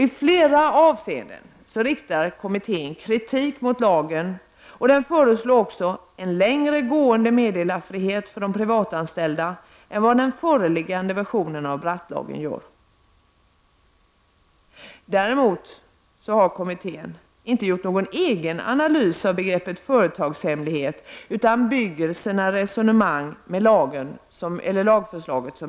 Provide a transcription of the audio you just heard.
I flera avseenden riktar kommittén kritik mot lagen och den föreslår också en längre gående meddelandefrihet för de privatanställda än vad den föreliggande versionen av Brattlagen gör. Däremot har kommittén inte gjort någon egen analys av begreppet ”företagshemlighet”, utan den bygger sina resonemang på lagförslaget.